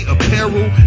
Apparel